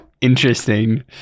interesting